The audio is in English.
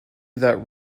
that